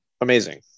amazing